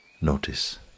Notice